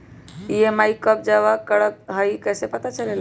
EMI कव जमा करेके हई कैसे पता चलेला?